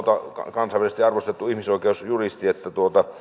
kansainvälisesti arvostettu ihmisoikeusjuristi